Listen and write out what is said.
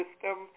system